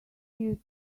mute